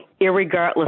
irregardless